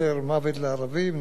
"ד"ש מהאולפנה",